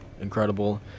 incredible